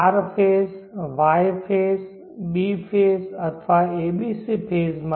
R phase Y phase B phase અથવા ABC phase માટે